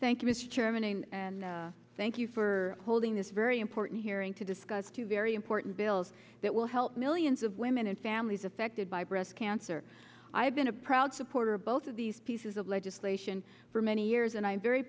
thank you mr chairman and thank you for holding this very important hearing to discuss two very important bills that will help millions of women and families affected by breast cancer i have been a proud supporter of both of these pieces of legislation for many years and i am very